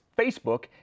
Facebook